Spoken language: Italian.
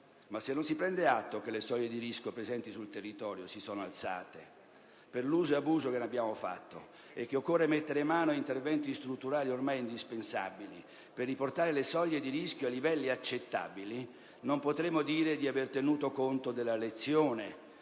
Ma se non si prende atto che le soglie di rischio presenti sul territorio si sono alzate, per l'uso e abuso che ne abbiamo fatto, e che occorre mettere mano a interventi strutturali ormai indispensabili per riportare le soglie di rischio a livelli accettabili, non potremo dire di aver tenuto conto della lezione